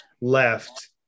left